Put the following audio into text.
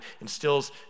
instills